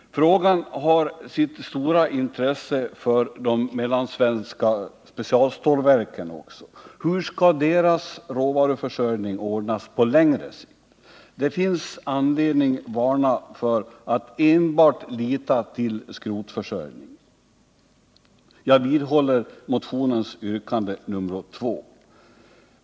Frågan har även sitt stora intresse för de mellansvenska specialstålverken. Hur skall deras råvaruförsörjning ordnas på längre sikt? Det finns anledning varna för att enbart lita till skrotförsörjning. Jag vidhåller motionens yrkande nr 2.